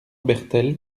bertel